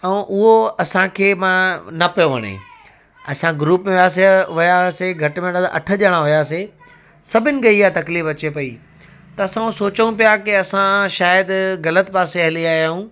ऐं उहो असांखे मां न पियो वणे असां ग्रूप में वियासीं वियासीं घट में घटि अठ ॼणा हुयासीं सभिनि खे इहा तकलीफ़ु अचे पई त असां उहो सोचूं पिया की असां शायदि ग़लति पासे हली आया आहियूं